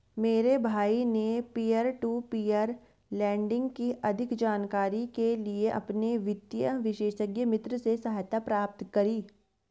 मेरे भाई ने पियर टू पियर लेंडिंग की अधिक जानकारी के लिए अपने वित्तीय विशेषज्ञ मित्र से सहायता प्राप्त करी